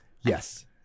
Yes